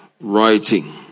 writing